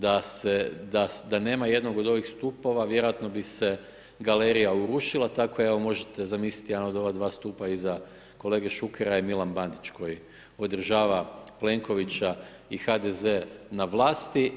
Da nema jednog od ovih stupova vjerojatno bi se galerija urušila, tako evo možete zamisliti jedan od ova dva stupa iza kolege Šukera je Milan Bandić koji podržava Plenkovića i HDZ-e na vlasti.